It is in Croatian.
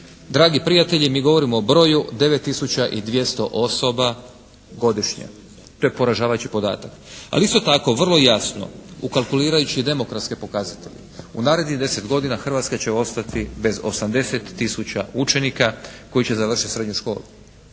Dragi prijatelji mi govorimo o broju 9 tisuća i 200 osoba godišnje. To je poražavajući podatak. Ali isto tako vrlo je jasno ukalkulirajući demokratske pokazatelje u narednih 10 godina Hrvatska će ostati bez 80 tisuća učenika koji će završiti srednju školu